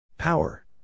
Power